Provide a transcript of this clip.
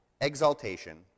exaltation